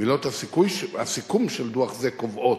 מילות הסיכום של דוח זה קובעות: